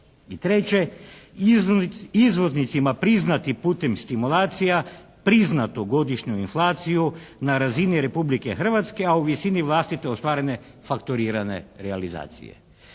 I treće, izvoznicima priznati putem stimulacija priznatu godišnju inflaciju na razini Republike Hrvatske a u visini vlastite ostvarene fakturirane realizacije.